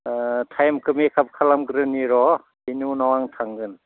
टाइमखौ मेकआप खालामग्रोनि र' बिनि उनाव आं थांगोन